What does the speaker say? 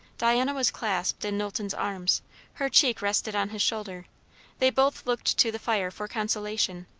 diana was clasped in knowlton's arms her cheek rested on his shoulder they both looked to the fire for consolation.